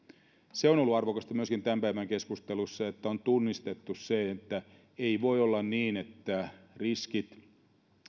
se on ollut arvokasta myöskin tämän päivän keskusteluissa että on tunnistettu se että ei voi olla niin että riskit